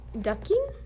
ducking